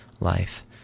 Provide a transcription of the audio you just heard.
life